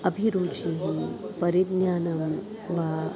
अभिरुचिः परिज्ञानं वा